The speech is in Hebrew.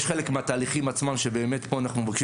יש חלק מהתהליכים עצמם שבאמת פה אנחנו מבקשים